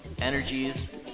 energies